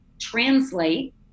translate